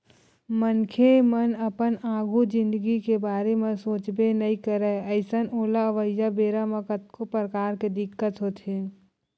मनखे मन अपन आघु जिनगी के बारे म सोचबे नइ करय अइसन ओला अवइया बेरा म कतको परकार के दिक्कत होथे